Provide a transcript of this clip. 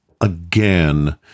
again